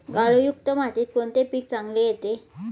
गाळयुक्त मातीत कोणते पीक चांगले येते?